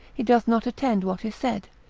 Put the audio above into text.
he doth not attend what is said,